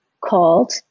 called